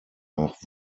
nach